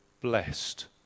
blessed